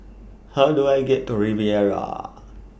How Do I get to Riviera